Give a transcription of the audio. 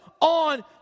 on